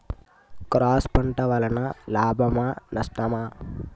Cross పంట వలన లాభమా నష్టమా?